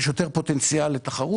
יש יותר פוטנציאל לתחרות.